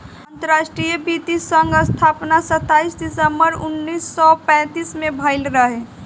अंतरराष्ट्रीय वित्तीय संघ स्थापना सताईस दिसंबर उन्नीस सौ पैतालीस में भयल रहे